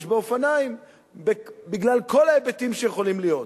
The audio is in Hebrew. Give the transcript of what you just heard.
באופניים בגלל כל ההיבטים שיכולים להיות,